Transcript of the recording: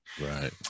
Right